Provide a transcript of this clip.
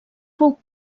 fou